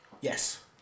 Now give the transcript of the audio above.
Yes